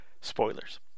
spoilers